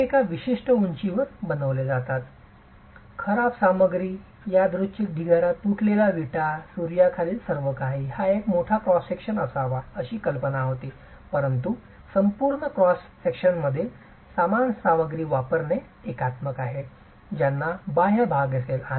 ते एका विशिष्ट उंचीवर उंचावले जातात खराब सामग्री यादृच्छिक ढिगाऱ्या तुटलेल्या विटा सूर्याखालील सर्वकाही एक मोठा क्रॉस सेक्शन असावा अशी कल्पना होती परंतु संपूर्ण क्रॉस विभागात समान सामग्री वापरणे ही एकात्मक आहे त्यांना बाह्य भाग असेल